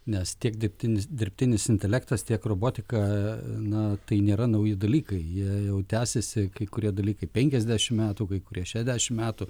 nes tiek dirbtinis dirbtinis intelektas tiek robotika na tai nėra nauji dalykai jie jau tęsiasi kai kurie dalykai penkiasdešimt metų kai kurie šešiasdešimt metų